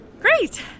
Great